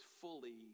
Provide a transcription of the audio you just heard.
fully